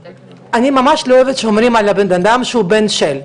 אני ממש לא אוהבת שאומרים על הבן אדם שהוא 'בן של',